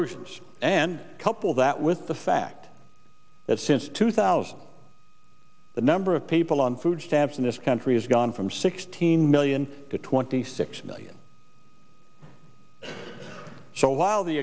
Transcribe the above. ons and couple that with the fact that since two thousand the number of people on food stamps in this country has gone from sixteen million to twenty six million so while the